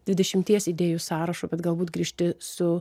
dvidešimties idėjų sąrašu bet galbūt grįžti su